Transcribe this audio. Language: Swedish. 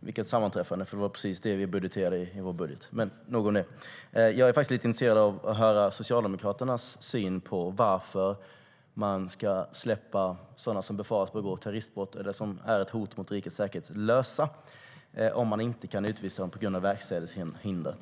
Vilket sammanträffande! Det var precis vad vi hade med i vår budget. Nog om det. Jag är faktiskt lite intresserad av att höra Socialdemokraternas syn på varför man ska släppa sådana som befaras begå terroristbrott eller är ett hot mot rikets säkerhet lösa om man inte kan utvisa dem på grund av verkställighetshinder.